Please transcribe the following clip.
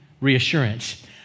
reassurance